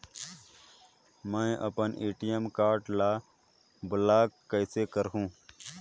मै अपन ATM card ल ब्लाक कइसे करहूं?